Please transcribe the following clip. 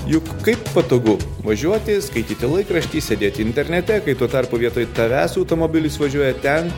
juk kaip patogu važiuoti skaityti laikraštį sėdėti internete kai tuo tarpu vietoj tavęs automobilis važiuoja ten